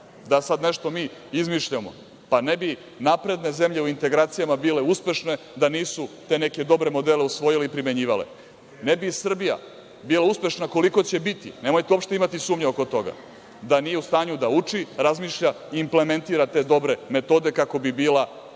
da sad nešto mi izmišljamo? Pa, ne bi napredne zemlje u integracijama bile uspešne da nisu te neke dobre modele usvojile i primenjivale. Ne bi Srbija bila uspešna koliko će biti, nemojte uopšte imati sumnje oko toga da nije u stanju da uči, razmišlja i implementira te dobre metode kako bi bila